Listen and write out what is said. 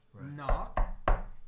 Knock